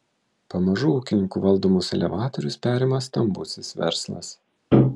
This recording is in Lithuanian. pamažu ūkininkų valdomus elevatorius perima stambusis verslas